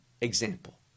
example